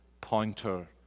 pointer